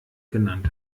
genannt